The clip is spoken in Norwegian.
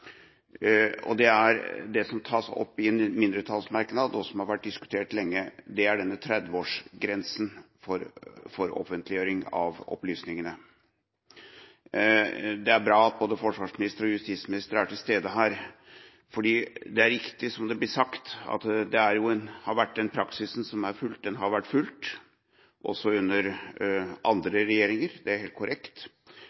som tas opp i en mindretallsmerknad, og som har vært diskutert lenge, og som gjelder denne 30-årsgrensen for offentliggjøring av opplysningene. Det er bra at både forsvarsminister og justisminister er til stede her. Det er riktig som det blir sagt, at den praksisen som har vært fulgt, har vært fulgt, også under andre regjeringer. Det er